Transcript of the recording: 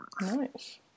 Nice